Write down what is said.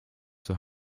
zur